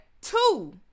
two